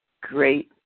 great